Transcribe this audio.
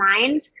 mind